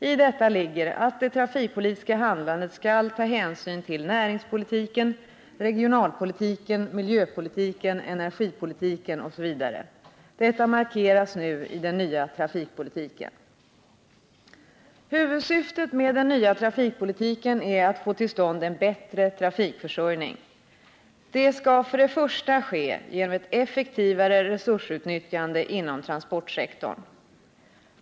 I detta ligger att det trafikpolitiska handlandet skall ta hänsyn till näringspolitiken, regionalpolitiken, miljöpolitiken, energipolitiken osv. Detta markeras nu i den nya trafikpolitiken. Huvudsyftet med den nya trafikpolitiken är att få till stånd en bättre trafikförsörjning. Det skall för det första ske genom ett effektivare resursutnyttjande inom transportsektorn.